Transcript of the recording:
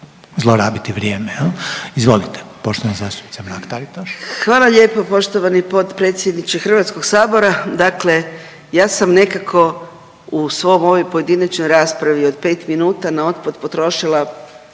zlorabiti vrijeme jel. Izvolite, poštovana zastupnica Mrak Taritaš. **Mrak-Taritaš, Anka (GLAS)** Hvala lijepo poštovani potpredsjedniče Hrvatskog sabora. Dakle, ja sam nekako u svojoj ovoj pojedinačnoj raspravi od 5 minuta na otpad potrošila